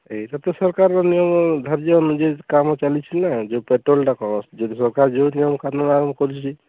ଏଇଟା ତ ସରକାରର ନିୟମ ଧାର୍ଯ୍ୟ ଅନୁଯାୟୀ କାମ ଚାଲିଛି ନା ଯେଉଁ ପେଟ୍ରୋଲ୍ଟା କ'ଣ ଯଦି ସରକାର ଯେଉଁ ନିୟମ କାନୁନ୍ ଆରମ୍ଭ କରିଛି